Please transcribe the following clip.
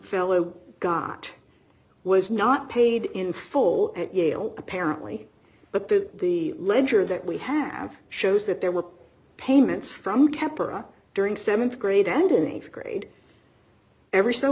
fellow got was not paid in full at yale apparently but that the ledger that we have shows that there were payments from keppra during th grade and an th grade every so